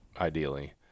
ideally